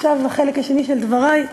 עכשיו לחלק השני של דברי.